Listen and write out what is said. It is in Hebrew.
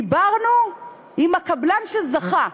דיברנו עם הקבלן שזכה.